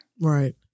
right